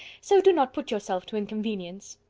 so, do not put yourself to inconvenience.